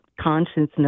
consciousness